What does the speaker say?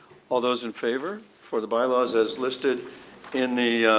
all those in favour for the by laws as listed in the